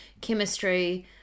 chemistry